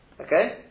Okay